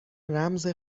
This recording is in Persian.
رمز